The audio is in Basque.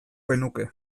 genuke